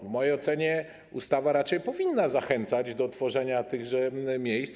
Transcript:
W mojej ocenie ustawa raczej powinna zachęcać do tworzenia tych miejsc.